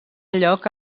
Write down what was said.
lloc